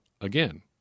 again